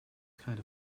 kind